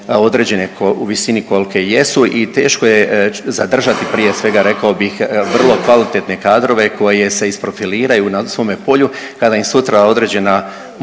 u visini kolike jesu i teško je zadržati, prije svega, rekao bih, vrlo kvalitetne kadrove koji se isprofiliraju na svome polju kada im sutra određena možda